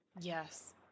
Yes